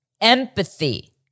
empathy